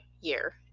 year